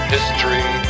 History